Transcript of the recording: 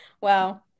wow